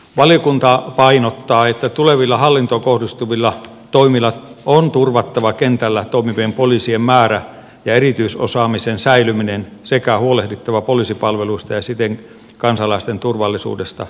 valiokunta painottaa että tulevilla hallintoon kohdistuvilla toimilla on turvattava kentällä toimivien poliisien määrä ja erityisosaamisen säilyminen sekä huolehdittava poliisipalveluista ja siten kansalaisten turvallisuudesta koko maassa